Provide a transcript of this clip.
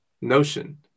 notion